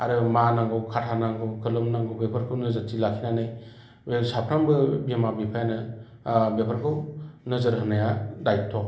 आरो मा नांगौ खाथा नांगौ खोलोम नांगौ बेफोरखौ नोजोरथि लाखिनानै बे साफ्रोमबो बिमा बिफायानो बेफोरखौ नोजोर होनाया दाइट्थ'